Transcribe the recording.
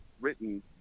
written